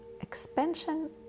expansion